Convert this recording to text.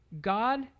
God